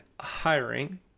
hiring